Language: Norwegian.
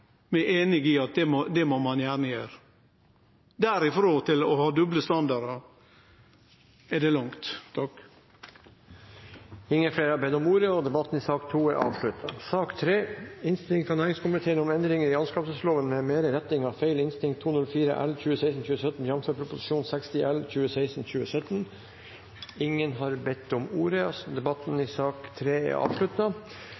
i at det må ein gjerne gjere. Derifrå til å ha doble standardar er det langt! Flere har ikke bedt om ordet til sak nr. 2. Ingen har bedt om ordet. Etter ønske fra energi- og